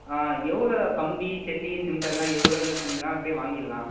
ஆ எவ்வளோ கம்பி ஜல்லி சிமிண்ட்டெல்லாம் எவ்வளோ வேணும்னு சொன்னீங்கன்னால் போய் வாங்கிடலாம்